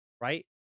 Right